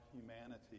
humanity